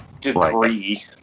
degree